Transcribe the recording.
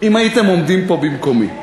אם הייתם עומדים פה במקומי?